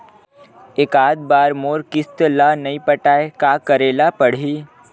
एकात बार मोर किस्त ला नई पटाय का करे ला पड़ही?